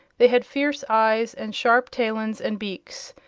they had fierce eyes and sharp talons and beaks,